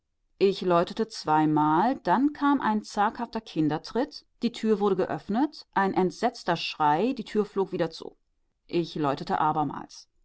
ich läutete zweimal dann kam ein zaghafter kindertritt die tür wurde geöffnet ein entsetzter schrei die tür flog wieder zu ich läutete abermals